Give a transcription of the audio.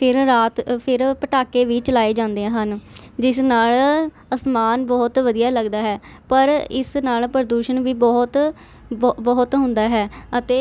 ਫਿਰ ਰਾਤ ਫਿਰ ਪਟਾਕੇ ਵੀ ਚਲਾਏ ਜਾਂਦੇ ਹਨ ਜਿਸ ਨਾਲ਼ ਅਸਮਾਨ ਬਹੁਤ ਵਧੀਆ ਲੱਗਦਾ ਹੈ ਪਰ ਇਸ ਨਾਲ਼ ਪ੍ਰਦੂਸ਼ਣ ਵੀ ਬਹੁਤ ਬ ਬਹੁਤ ਹੁੰਦਾ ਹੈ ਅਤੇ